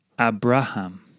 Abraham